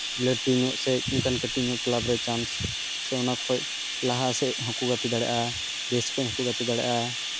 ᱞᱟᱹᱴᱩ ᱧᱚᱜ ᱥᱮ ᱤᱱᱠᱟᱱ ᱠᱟᱹᱴᱤᱡ ᱧᱚᱜ ᱠᱞᱟᱵᱽ ᱨᱮ ᱪᱟᱱᱥ ᱥᱮ ᱚᱱᱟ ᱠᱷᱚᱡ ᱞᱟᱦᱟ ᱥᱮᱜ ᱦᱚᱸᱠᱚ ᱜᱟᱛᱮ ᱫᱟᱲᱮᱭᱟᱜᱼᱟ ᱫᱮᱥ ᱠᱷᱚᱡ ᱦᱚᱸᱠᱚ ᱜᱟᱛᱮ ᱫᱟᱲᱮᱭᱟᱜᱼᱟ